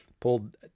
Pulled